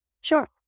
Sure